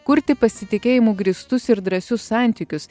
kurti pasitikėjimu grįstus ir drąsius santykius